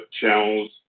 channels